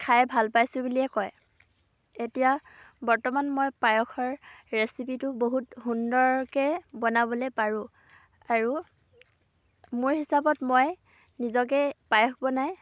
খাই ভাল পাইছোঁ বুলিয়ে কয় এতিয়া বৰ্তমান মই পায়সৰ ৰেচিপিটো বহুত সুন্দৰকৈ বনাবলৈ পাৰোঁ আৰু মোৰ হিচাপত মই নিজকে পায়স বনাই